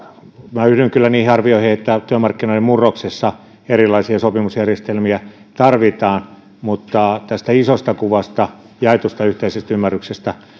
yhdyn kyllä niihin arvioihin että työmarkkinoiden murroksessa erilaisia sopimusjärjestelmiä tarvitaan mutta tästä isosta kuvasta jaetusta yhteisestä ymmärryksestä